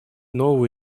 нового